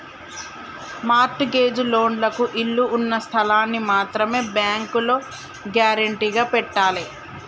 mart gauge లోన్లకు ఇళ్ళు ఉన్న స్థలాల్ని మాత్రమే బ్యేంకులో గ్యేరంటీగా పెట్టాలే